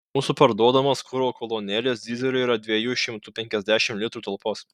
mūsų parduodamos kuro kolonėlės dyzeliui yra dviejų šimtų penkiasdešimt litrų talpos